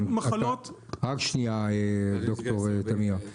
רק שנייה ד"ר תמיר,